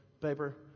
paper